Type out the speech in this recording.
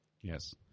Yes